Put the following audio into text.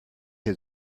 had